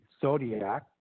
zodiac